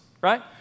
right